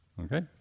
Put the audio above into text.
Okay